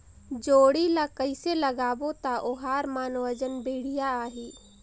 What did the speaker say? जोणी ला कइसे लगाबो ता ओहार मान वजन बेडिया आही?